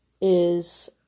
is-